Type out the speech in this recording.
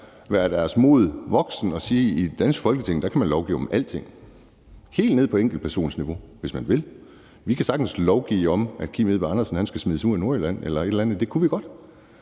være modige som voksne og sige: I det danske Folketing kan man lovgive om alting, helt ned på enkeltpersonsniveau, hvis man vil. Vi kan sagtens lovgive om, at Kim Edberg Andersen skal smides ud af Nordjylland eller et eller andet. Det kunne vi godt.